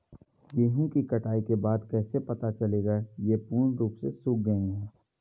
गेहूँ की कटाई के बाद कैसे पता चलेगा ये पूर्ण रूप से सूख गए हैं?